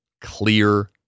clear